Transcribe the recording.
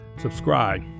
subscribe